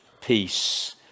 peace